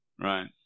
Right